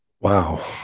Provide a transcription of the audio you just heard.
Wow